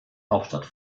hauptstadt